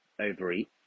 overeat